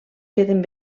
queden